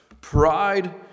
Pride